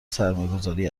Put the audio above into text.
سرمایهگذاری